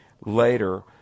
later